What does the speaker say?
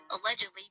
allegedly